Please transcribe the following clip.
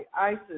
Isis